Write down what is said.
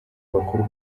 bakuru